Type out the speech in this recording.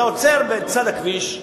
אתה עוצר בצד הכביש,